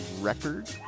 record